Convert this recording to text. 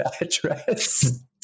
address